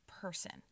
person